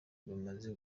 bamaze